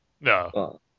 No